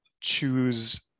choose